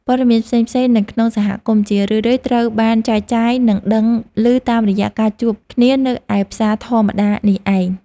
ព័ត៌មានផ្សេងៗនៅក្នុងសហគមន៍ជារឿយៗត្រូវបានចែកចាយនិងដឹងឮតាមរយៈការជួបគ្នានៅឯផ្សារធម្មតានេះឯង។